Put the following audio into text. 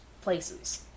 places